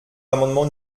l’amendement